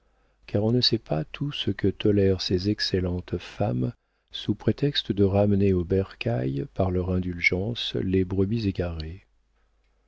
car on ne sait pas tout ce que tolèrent ces excellentes femmes sous prétexte de ramener au bercail par leur indulgence des brebis égarées